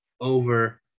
over